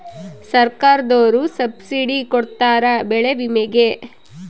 ಸರ್ಕಾರ್ದೊರು ಸಬ್ಸಿಡಿ ಕೊಡ್ತಾರ ಬೆಳೆ ವಿಮೆ ಗೇ